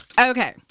okay